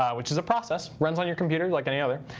um which is a process, runs on your computer like any other,